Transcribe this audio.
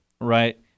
Right